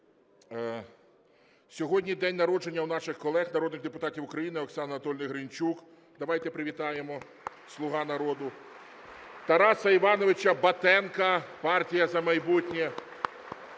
сьогодні день народження у наших колег народних депутатів України: Оксани Анатоліївни Гринчук. Давайте привітаємо. "Слуга народу". (Оплески) Тараса Івановича Батенка, партія "За майбутнє".